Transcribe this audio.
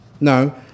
No